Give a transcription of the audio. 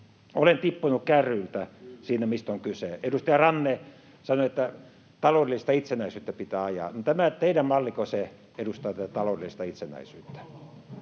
Olen tippunut kärryiltä siinä, mistä on kyse. Edustaja Ranne sanoi, että taloudellista itsenäisyyttä pitää ajaa. No, tämä teidän mallinneko edustaa tätä taloudellista itsenäisyyttä?